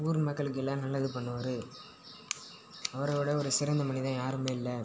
ஊர் மக்களுக்கு எல்லாம் நல்லது பண்ணுவார் அவரைவிட ஒரு சிறந்த மனிதன் யாரும் இல்லை